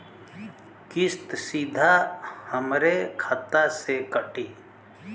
किस्त सीधा हमरे खाता से कटी?